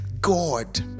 god